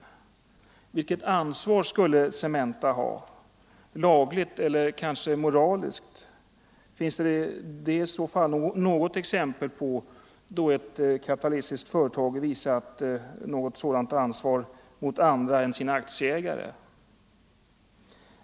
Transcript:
Vilket ansvar skulle Cementa ha? Skulle det vara lagligt eller kanske moraliskt? Finns det i så fall något exempel på att ett kapitalistiskt företag visat sådant ansvar mot andra än sina aktieägare?